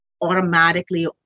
automatically